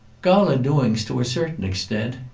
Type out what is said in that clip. gala doings, to a certain extent,